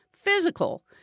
Physical